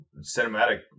cinematic